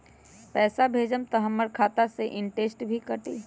पैसा भेजम त हमर खाता से इनटेशट भी कटी?